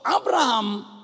Abraham